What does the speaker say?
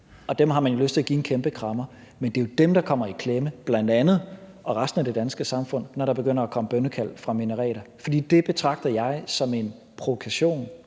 dem har man lyst til at give en kæmpe krammer. Men det er jo dem, der bl.a. kommer i klemme, og resten af det danske samfund, når der begynder at komme bønnekald fra minareter. For det betragter jeg som en provokation